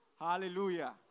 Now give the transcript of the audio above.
Hallelujah